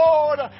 Lord